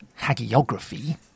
Hagiography